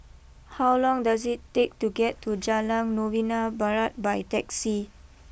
how long does it take to get to Jalan Novena Barat by taxi